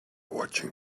watching